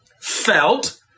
felt